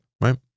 right